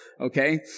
Okay